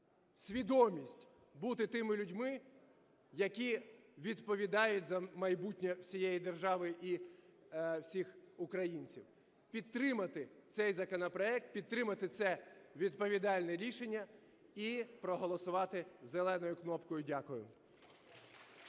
свідомість бути тими людьми, які відповідають за майбутнє всієї держави і всіх українців, підтримати цей законопроект, підтримати це відповідальне рішення і проголосувати зеленою кнопкою. Дякую.